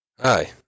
Hi